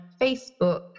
Facebook